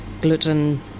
gluten